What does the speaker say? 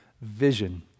vision